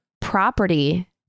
property